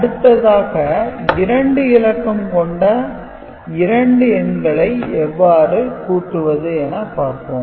அடுத்ததாக இரண்டு இலக்கம் கொண்ட 2 எண்களை எவ்வாறு கூட்டுவது என பார்ப்போம்